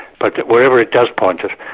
but wherever it does point us,